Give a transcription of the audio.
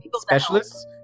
specialists